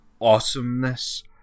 awesomeness